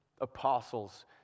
apostles